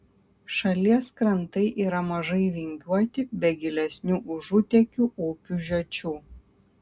šalies krantai yra mažai vingiuoti be gilesnių užutėkių upių žiočių